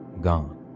gone